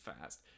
fast